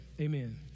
Amen